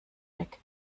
weg